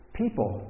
people